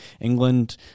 England